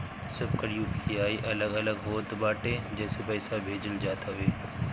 सबकर यू.पी.आई अलग अलग होत बाटे जेसे पईसा भेजल जात हवे